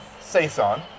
Saison